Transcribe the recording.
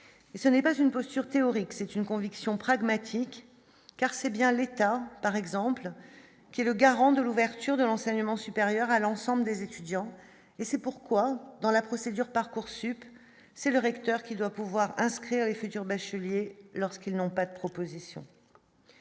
ce n'est pas une posture théorique, c'est une conviction pragmatique car c'est bien l'État, par exemple, qui est le garant de l'ouverture de l'enseignement supérieur à l'ensemble des étudiants, et c'est pourquoi dans la procédure Parcoursup c'est le recteur qui doit pouvoir inscrire les futurs bacheliers lorsqu'ils n'ont pas de propositions.